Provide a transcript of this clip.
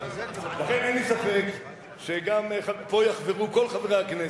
לכן אין לי ספק שפה יחברו כל חברי הכנסת,